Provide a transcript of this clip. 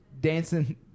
dancing